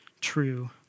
true